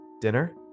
Dinner